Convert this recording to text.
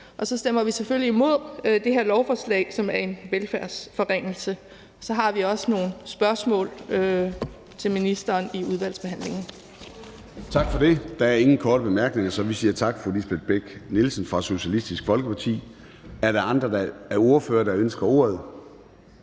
Vi stemmer selvfølgelig imod det her lovforslag, som er en velfærdsforringelse, og så har vi også nogle spørgsmål til ministeren i udvalgsbehandlingen. Kl. 10:10 Formanden (Søren Gade): Der er ingen korte bemærkninger, så vi siger tak til fru Lisbeth Bech-Nielsen fra Socialistisk Folkeparti. Er der andre ordførere, der ønsker ordet?